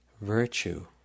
virtue